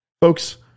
Folks